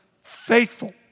Faithful